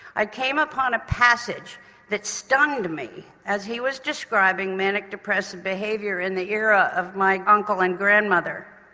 i came upon a passage that stunned me, as he was describing manic depressive behaviour in the era of my uncle and grandmother.